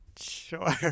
Sure